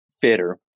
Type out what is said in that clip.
fitter